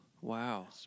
Wow